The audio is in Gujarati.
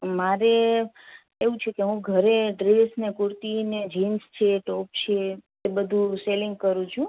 મારે એવું છે કે હું ઘરે ડ્રેસ ને કુરતીને જીન્સ છે ટોપ છે એ બધું સેલલિંગ કરું છુ